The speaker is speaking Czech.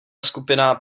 skupina